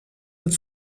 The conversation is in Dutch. het